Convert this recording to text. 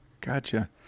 Gotcha